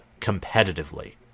competitively